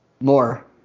More